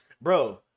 Bro